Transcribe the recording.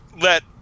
let